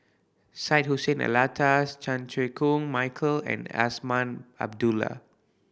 Syed Hussein Alatas Chan Chew Koon Michael and Azman Abdullah